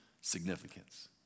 significance